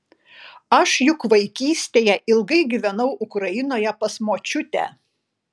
aš juk vaikystėje ilgai gyvenau ukrainoje pas močiutę